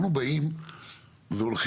אנחנו באים והולכים